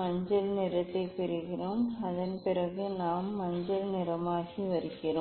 மஞ்சள் நிறத்தைப் பெறுகிறோம் அதன் பிறகு நாம் மஞ்சள் நிறமாகி வருகிறோம்